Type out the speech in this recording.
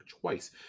twice